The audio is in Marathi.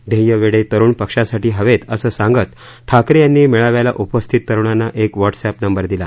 ध्ययवेडे तरुण पक्षासाठी हवेत असं सांगत ठाकरे यांनी मेळाव्याला उपस्थित तरुणांना एक व्हाट्सअप नंबर दिला